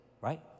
right